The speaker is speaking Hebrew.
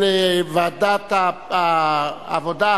של ועדת העבודה,